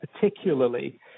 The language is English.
particularly